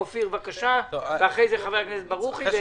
אופיר, בבקשה, ואחרי זה חבר הכנסת ברוכי.